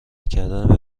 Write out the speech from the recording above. کردن